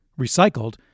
recycled